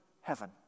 heaven